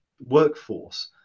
workforce